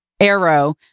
Arrow